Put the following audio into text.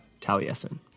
Taliesin